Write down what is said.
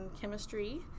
chemistry